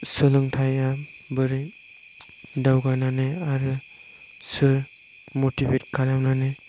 सोलोंथाइया बोरै दावगानानै आरो सोर मटिभेट खालामनानै